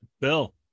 Bill